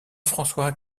françois